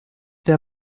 der